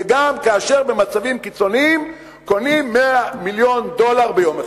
וגם כאשר במצבים קיצוניים קונים 100 מיליון ביום אחד.